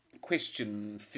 question